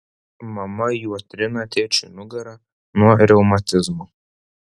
mama juo trina tėčiui nugarą nuo reumatizmo